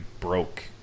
broke